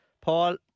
Paul